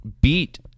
beat